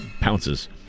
pounces